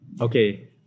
okay